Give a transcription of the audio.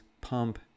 pump